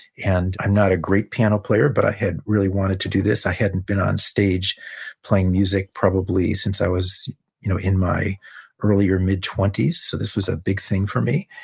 and i'm not a great piano player, but i had really wanted to do this. i hadn't been on stage playing music, probably, since i was you know in my early or mid twenty s, so this was a big thing for me.